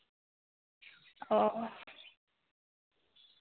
ᱚ